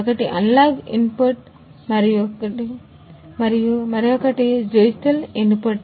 ఒకటి analog input